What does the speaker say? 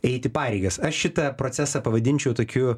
eiti pareigas aš šitą procesą pavadinčiau tokiu